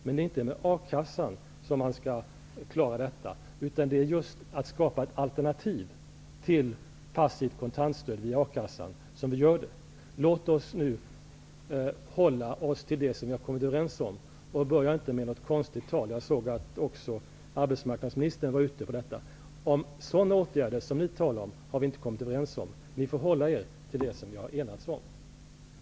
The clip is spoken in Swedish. Men det är inte med A kassan som man skall klara detta, utan genom att skapa ett alternativ till passivt kontantstöd från A Låt oss nu hålla oss till det som vi har kommit överens om, och börja inte med något konstigt tal! Jag har sett att också arbetsmarknadsministern varit inne på detta. Sådana åtgärder som ni talar om har vi inte kommit överens om. Ni får hålla er till det som vi har enats om.